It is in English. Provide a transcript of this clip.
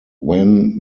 when